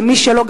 ומי שלא,